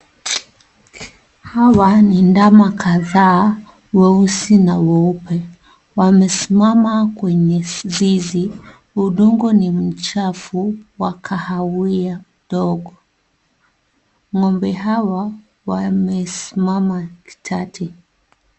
Hawa ni ndama kadhaa weusi na mweupe. Wamesimama kwenye zizi. Udongo ni mchafu wa kahawia kidogo. Ng'ombe hawa wamesimama kidete.